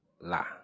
la